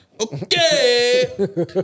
Okay